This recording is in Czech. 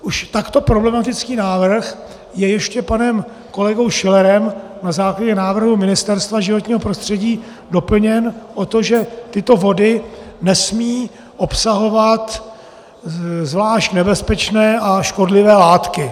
Už takto problematický návrh je ještě panem kolegou Schillerem na základě návrhu Ministerstva životního prostředí doplněn o to, že tyto vody nesmějí obsahovat zvlášť nebezpečné a škodlivé látky.